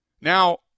Now